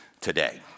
today